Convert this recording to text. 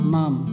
Mom